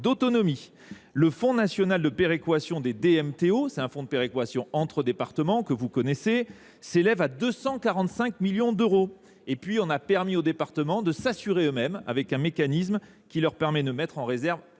d’autonomie. Le fonds national de péréquation des DMTO – un fonds de péréquation entre départements que vous connaissez – s’élève à 245 millions d’euros. Enfin, nous avons permis aux départements de s’assurer eux mêmes, avec un mécanisme qui leur permet de mettre en réserve